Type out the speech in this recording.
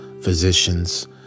physicians